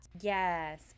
Yes